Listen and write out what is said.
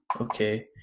Okay